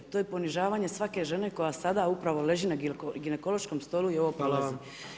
To je ponižavanje svake žene koja sada upravo leži na ginekološkom stolu i ovo prolazi.